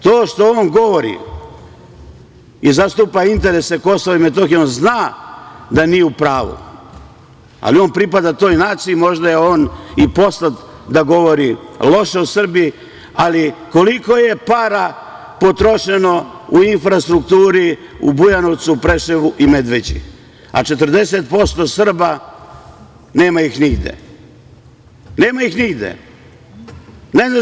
To što on govori i zastupa interese Kosova i Metohije, on zna da nije u pravu, ali on pripada toj naciji, možda je on i poslat da govori loše o Srbiji, ali koliko je para potrošeno u infrastrukturu u Bujanovcu, Preševu i Medveđi, a 40% Srba nema nigde, nema ih nigde.